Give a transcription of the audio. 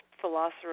philosopher